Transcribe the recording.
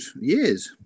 years